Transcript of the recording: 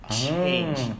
change